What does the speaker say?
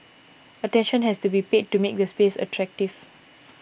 attention has to be paid to make the space attractive